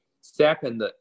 Second